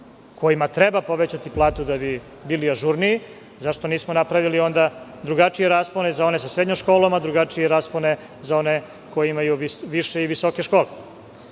kojima treba povećati platu da bi bili ažurniji, zašto nismo napravili onda drugačije raspone za one sa srednjom školom, a drugačije raspone za one koji imaju više i visoke škole. Dakle,